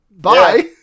Bye